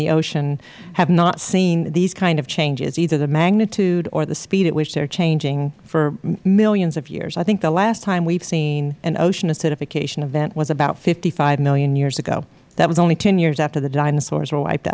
the ocean have not seen these kind of changes either the magnitude or the speed at which they are changing for millions of years i think the last time we have seen an ocean acidification event was about fifty five million years ago that was only ten years after the dinosaurs w